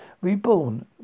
reborn